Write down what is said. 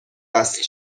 وصل